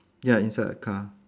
ya inside a car